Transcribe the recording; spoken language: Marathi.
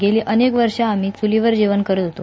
गेली अनेक वर्ष आम्ही चूलीवर जेवण करत होतो